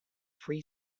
free